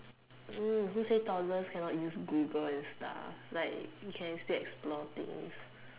who who say toddlers cannot use Google and stuff like you can still explore things